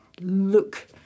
look